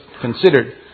considered